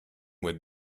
with